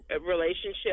relationship